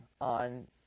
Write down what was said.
on